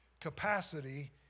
capacity